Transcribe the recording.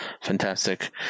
Fantastic